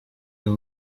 uyu